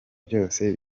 byose